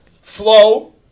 Flow